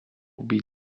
být